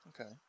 Okay